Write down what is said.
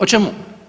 O čemu?